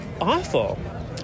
awful